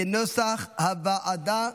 כנוסח הוועדה.